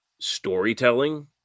storytelling